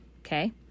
okay